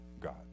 God